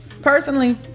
Personally